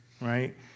right